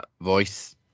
voice